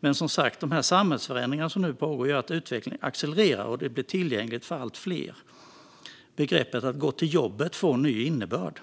Men de samhällsförändringar som nu pågår gör som sagt att utvecklingen accelererar, och möjligheten blir tillgänglig för allt fler. Begreppet "att gå till jobbet" får en ny innebörd.